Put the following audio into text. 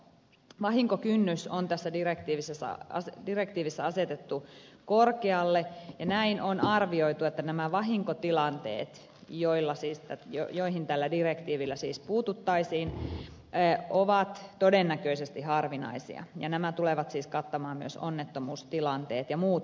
vahinkokynnys on tässä direktiivissä asetettu korkealle ja näin on arvioitu että nämä vahinkotilanteet joihin tällä direktiivillä siis puututtaisiin ovat todennäköisesti harvinaisia ja nämä tulevat siis kattamaan myös onnettomuustilanteet ja muut ennakoimattomat syyt